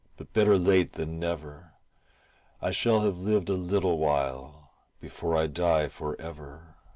but better late than never i shall have lived a little while before i die for ever.